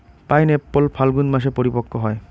pineapple Phalgun মাসে পরিপক্ব হয়